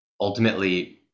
ultimately